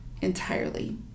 entirely